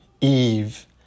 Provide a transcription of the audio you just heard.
Eve